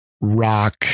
rock